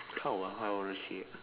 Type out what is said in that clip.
how ah how I want to say it ah